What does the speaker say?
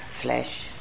flesh